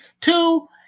Two